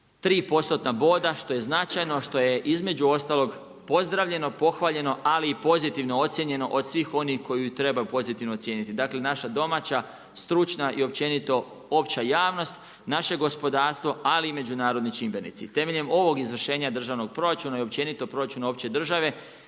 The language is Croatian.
tri postotna boda što je značajno, što je između ostalog, pozdravljeno, pohvaljeno, ali i pozitivno ocjenjeno od svih oni koji ju treba pozitivno ocijeniti. Dakle, naša domaća, stručna i općenito opća javnost, naše gospodarstvo ali i međunarodni čimbenici. Temeljem ovog izvršenja državnog proračuna i općenito proračuna opće države,